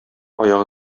аягы